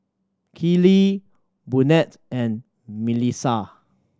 Keely Burnett and Milissa